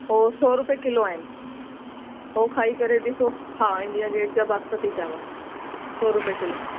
हो सौ रुपए किलो आहिनि उहो खाई करे ॾिसो हा इंडिया गेट जा बासमती चांवर सौ रुपए किलो